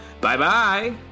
Bye-bye